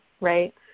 Right